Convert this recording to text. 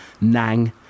Nang